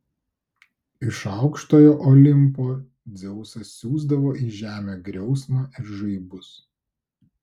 iš aukštojo olimpo dzeusas siųsdavo į žemę griausmą ir žaibus